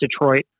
Detroit